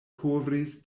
kovris